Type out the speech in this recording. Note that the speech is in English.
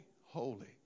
holy